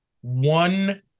one